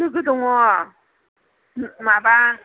लोगो दङ माबा